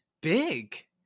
big